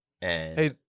Hey